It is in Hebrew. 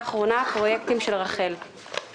והאחרונה היא פרויקטים של רח"ל (רשות חירום לאומית).